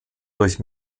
durch